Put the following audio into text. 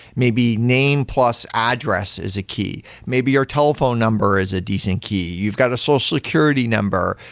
maybe name plus address is a key. maybe your telephone number is a decent key. you've got a social security number.